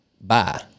Bye